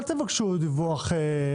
אל תבקשו דיווח,